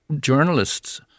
journalists